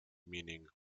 meaning